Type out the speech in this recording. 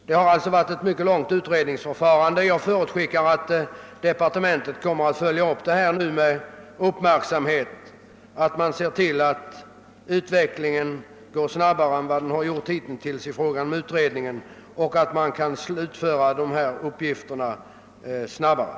Det har alltså varit ett mycket långvarigt utredningsförfarande, och jag förutskickar att departementet kommer att följa upp frågan med uppmärksamhet och om möjligt påskynda utredningens arbete. Jag tackar för svaret.